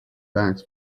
bags